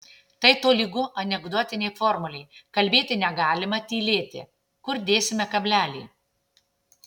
tai tolygu anekdotinei formulei kalbėti negalima tylėti kur dėsime kablelį